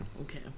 Okay